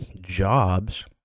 jobs